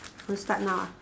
we start now ah